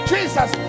Jesus